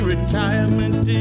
Retirement